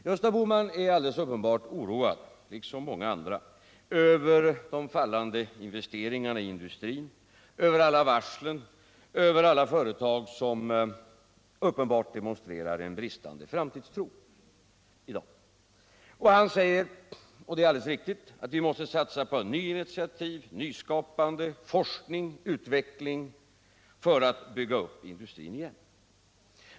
Gösta Bohman är liksom många andra alldeles uppenbart oroad över de fallande investeringarna i industrin, över alla varslen och över alla företag som i dag klart demonstrerar en bristande framtidstro. Han säger — och det är alldeles riktigt — att vi måste satsa på nya initiativ, nyskapande, forskning och utvecking för att bygga upp industrin igen.